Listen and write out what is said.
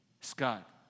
Scott